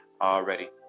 already